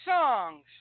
songs